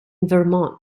vermont